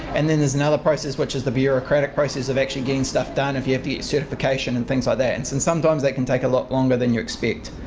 and then there's another process which is, the bureaucratic process, of actually getting stuff done if you have to get certification and things like ah that, and and sometimes that can take a lot longer than you expect.